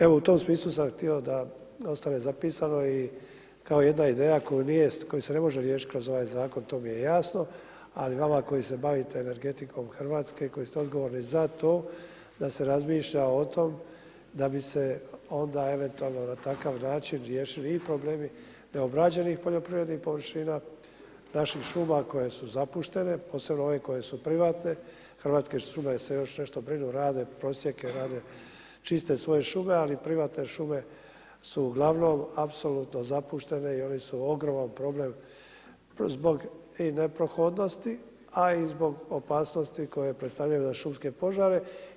Evo u tom smislu sam htio da ostane zapisano, kao jedna ideja, koja se ne može riješiti kroz ovaj zakon, to mi je jasno, ali vama koji se bavite energetike Hrvatske, koji ste odgovorni za to, da se razmišlja o tome, da bi se onda eventualno na takav način riješili i problemi neobrađenih poljoprivrednih površina, naših šuma koje su zapuštene, posebno one koje su privatne, Hrvatske šume se još nešto brinu, rade prosjeke, rade čiste svoje šume, ali privatne šume su ugl. apsolutno zapuštene i one su ogromni problem, zbog neprohodnosti, a i zbog opasnosti, koje predstavljaju za šumske požare.